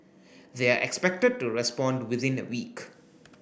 they are expected to respond within a week